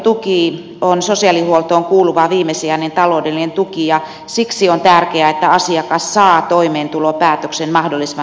toimeentulotuki on sosiaalihuoltoon kuuluva viimesijainen taloudellinen tuki ja siksi on tärkeää että asiakas saa toimeentulotukipäätöksen mahdollisimman nopeasti